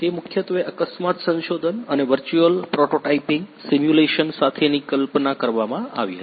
તે મુખ્યત્વે અકસ્માત સંશોધન અને વર્ચુઅલ પ્રોટોટાઇપિંગ સિમ્યુલેશન સાથેની કલ્પના કરવામાં આવી હતી